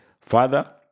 father